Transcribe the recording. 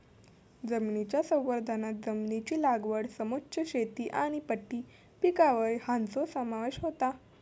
जमनीच्या संवर्धनांत जमनीची लागवड समोच्च शेती आनी पट्टी पिकावळ हांचो समावेश होता